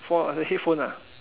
for the headphone ah